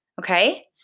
okay